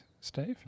Steve